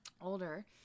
older